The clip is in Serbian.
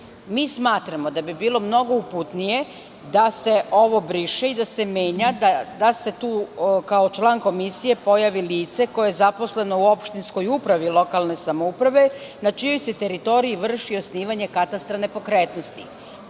Mi smatramo da bi bilo mnogo uputnije da se ovo briše i da se menja, da se tu kao član komisije pojavi lice koje je zaposleno u opštinskoj upravi lokalne samouprave, na čijoj se teritoriji vrši osnivanje katastra nepokretnosti.Zašto